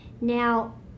Now